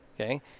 Okay